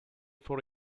for